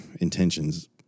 intentions